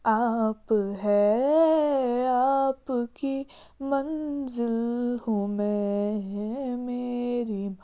آپ ہے آپ کی منزل ہوں میں میری